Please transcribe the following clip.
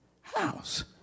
house